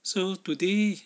so today